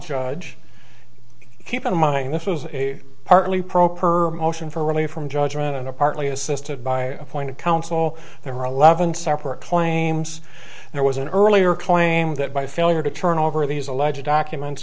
judge keep in mind this was a partly pro per motion for relief from judgment and a partly assisted by appointed counsel there were eleven separate claims there was an earlier claim that by failure to turn over these alleged documents